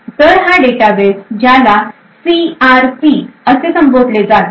तर हा डेटाबेस ज्याला सी आर पी असे संबोधले जाते